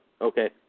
Okay